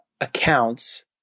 accounts